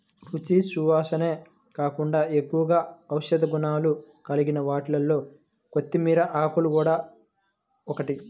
రుచి, సువాసనే కాకుండా ఎక్కువగా ఔషధ గుణాలు కలిగిన వాటిలో కొత్తిమీర ఆకులు గూడా ఒకటి